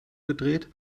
gedreht